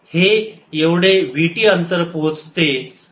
हे एवढे vt अंतर पोहोचते